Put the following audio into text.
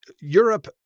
Europe